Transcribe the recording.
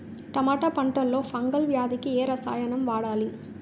టమాటా పంట లో ఫంగల్ వ్యాధికి ఏ రసాయనం వాడాలి?